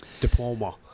Diploma